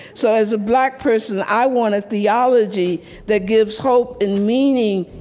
so as a black person, i want a theology that gives hope and meaning